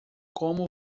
como